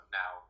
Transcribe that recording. now